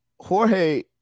Jorge